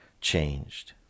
changed